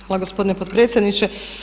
Hvala gospodine potpredsjedniče.